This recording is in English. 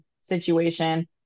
situation